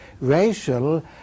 racial